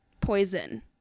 Poison